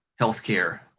healthcare